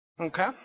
Okay